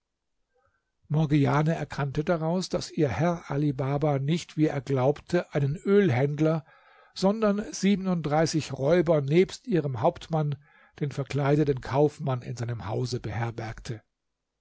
morgiane erkannte daraus daß ihr herr ali baba nicht wie er glaubte einen ölhändler sondern siebenunddreißig räuber nebst ihrem hauptmann den verkleideten kaufmann in seinem hause beherbergte